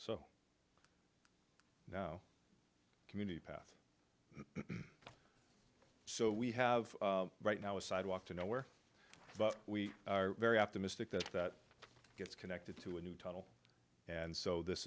so now community path so we have right now a sidewalk to nowhere but we are very optimistic that that gets connected to a new tunnel and so this